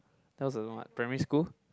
that was don't know what primary school